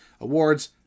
awards